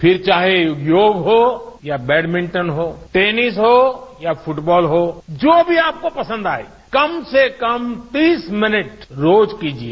फिर चाहे वो योग हो या बेडमिंटन हो टेनिस हो या फुटबॉल हो जो भी आपको पंसद आए कम से कम तीस मिनट रोज कीजिए